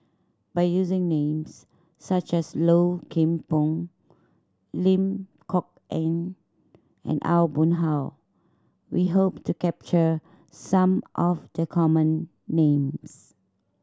by using names such as Low Kim Pong Lim Kok Ann and Aw Boon Haw we hope to capture some of the common names